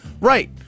Right